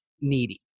needy